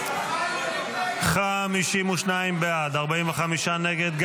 52 בעד, 45 נגד.